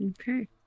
Okay